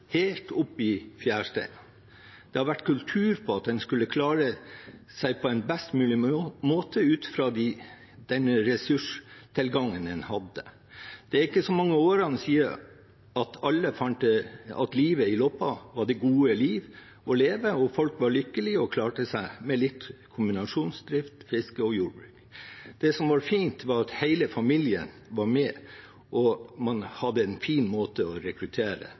helt oppe i fjæresteinene. Det har vært en kultur for at en skulle klare seg på best mulig måte ut fra den ressurstilgangen en hadde. Det er ikke mange årene siden livet i Loppa var det gode liv å leve. Folk var lykkelige og klarte seg med litt kombinasjonsdrift – fiske og jordbruk. Det som var fint, var at hele familien var med, og man hadde en fin måte å rekruttere